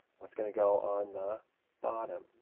what's going to go on the bottom?